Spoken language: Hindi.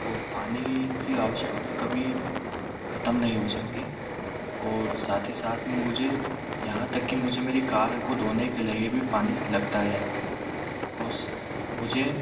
और पानी की आवश्यकता कभी ख़त्म नहीं हो सकती और साथ ही साथ में मुझे यहाँ तक कि मुझे मेरी कार को धोने के लिए भी पानी लगता है उस मुझे